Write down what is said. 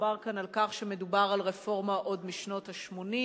דובר כאן על כך שמדובר על רפורמה עוד משנות ה-80,